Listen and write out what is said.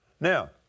Now